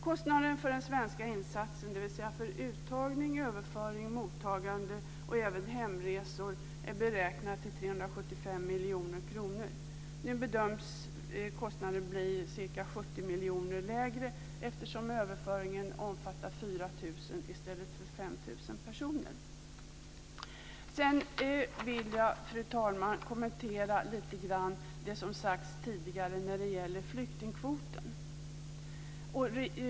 Kostnaden för den svenska insatsen, dvs. för uttagning, överföring, mottagande och även hemresor är beräknad till 375 miljoner kronor. Nu bedöms kostnaden bli ca 70 miljoner kronor lägre, eftersom överföringen omfattar 4 000 i stället för 5 000 personer. Sedan vill jag, fru talman, kommentera lite grann det som sagts tidigare när det gäller flyktingkvoten.